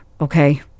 okay